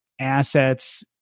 assets